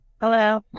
Hello